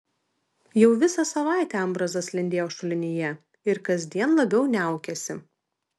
jau visa savaitė ambrazas lindėjo šulinyje ir kasdien labiau niaukėsi